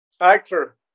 actor